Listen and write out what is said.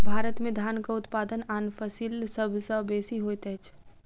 भारत में धानक उत्पादन आन फसिल सभ सॅ बेसी होइत अछि